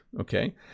okay